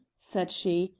said she,